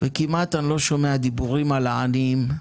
וכמעט אני לא שומע דיבורים על העניים,